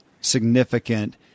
significant